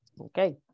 Okay